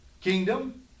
kingdom